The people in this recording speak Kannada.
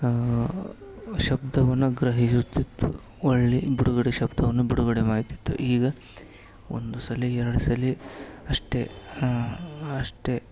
ಶಬ್ದವನ್ನ ಗ್ರಹಿಸುತ್ತಿತ್ತು ಒಳ್ಳಿ ಬಿಡುಗಡೆ ಶಬ್ದವನ್ನು ಬಿಡುಗಡೆ ಮಾಡುತ್ತಿತ್ತು ಈಗ ಒಂದು ಸಲಿ ಎರಡು ಸಲಿ ಅಷ್ಟೇ ಅಷ್ಟೆ